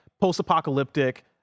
post-apocalyptic